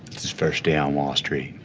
it's his first day on wall street,